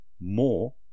more